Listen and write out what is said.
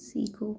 सीखो